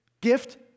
gift